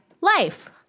life